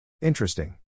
Interesting